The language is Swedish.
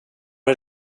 det